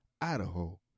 Idaho